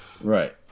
Right